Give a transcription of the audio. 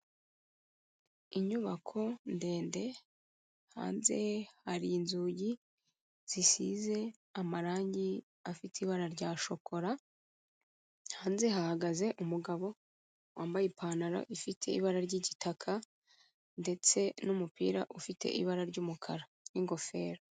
Inyubako ndende, hanze hari inzugi zisize amarangi afite ibara rya shokora, hanze hahagaze umugabo wambaye ipantaro ifite ibara ryigitaka, ndetse n'umupira ufite ibara ry'umukara n'ingofero.